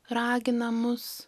ragina mus